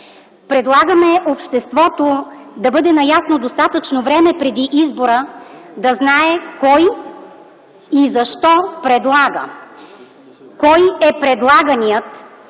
Предлагаме обществото да бъде наясно достатъчно време преди избора - да знае кой и защо предлага, кой е предлаганият